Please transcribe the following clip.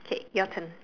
okay your turn